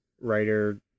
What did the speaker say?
writer